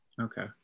okay